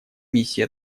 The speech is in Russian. миссии